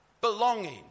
belonging